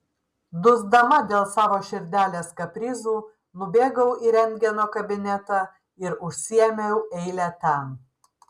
dusdama dėl savo širdelės kaprizų nubėgau į rentgeno kabinetą ir užsiėmiau eilę ten